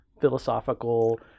philosophical